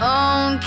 own